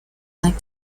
like